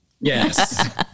Yes